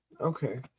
okay